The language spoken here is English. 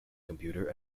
computer